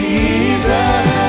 Jesus